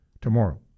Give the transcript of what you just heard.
tomorrow